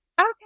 okay